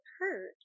hurt